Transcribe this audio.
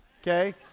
okay